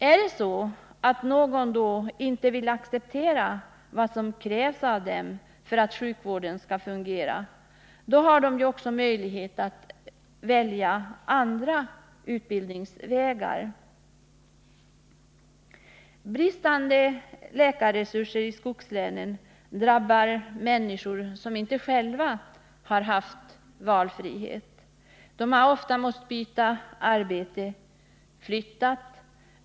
Är det så att några inte vill acceptera vad som krävs av dem för att sjukvården skall fungera har de ju möjlighet att välja andra utbildningsvägar. Bristande läkarresurser i skogslänen drabbar människor som inte själva har haft valfrihet. De har ofta tvingats byta arbete och flytta.